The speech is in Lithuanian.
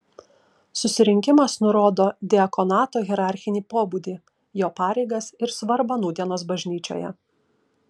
susirinkimas nurodo diakonato hierarchinį pobūdį jo pareigas ir svarbą nūdienos bažnyčioje